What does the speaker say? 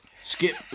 Skip